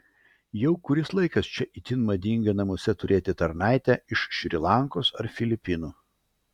jau kuris laikas čia itin madinga namuose turėti tarnaitę iš šri lankos ar filipinų